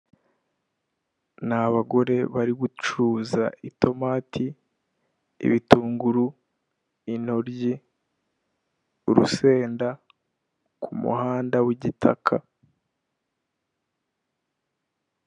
Ni abagore bari gucuza itomati, ibitunguru, intoryi, urusenda ku muhanda w'igitaka.